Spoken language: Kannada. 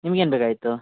ನಿಮ್ಗೇನು ಬೇಕಾಗಿತ್ತು